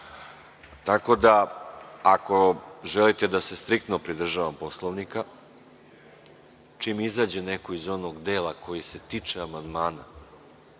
da, ako želite da se striktno pridržavamo Poslovnika, čim izađe neko iz onog dela koji se tiče amandmana,